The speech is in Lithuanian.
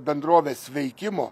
bendrovės veikimo